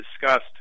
discussed